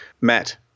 Matt